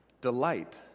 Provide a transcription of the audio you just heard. delight